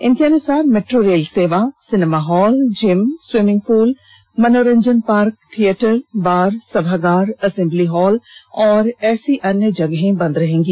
इनके अनुसार metro rail सेवा cinema hall gym swimming pool मनोरंजन पार्क थिएटर बार सभागार असेम्बली हॉल और ऐसी अन्य जगहें बंद रहेंगी